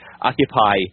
Occupy